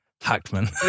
Hackman